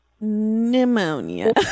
Pneumonia